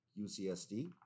UCSD